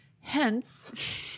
Hence